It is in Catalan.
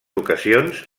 ocasions